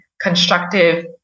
constructive